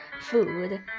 food